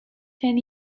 ten